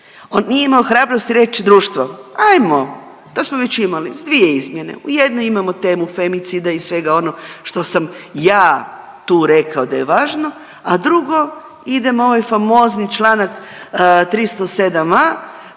On nije imao hrabrosti reći društvo hajmo to smo već imali s dvije izmjene. U jednoj imamo temu femicida i svega ono što sam ja tu rekao da je važno, a drugo idemo ovaj famozni članak 307a.